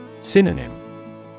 Synonym